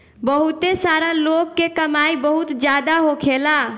बहुते सारा लोग के कमाई बहुत जादा होखेला